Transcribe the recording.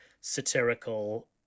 satirical